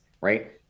right